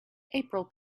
april